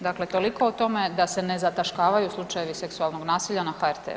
Dakle, toliko o tome da se ne zataškavaju slučajevi seksualnog nasilja na HRT-u.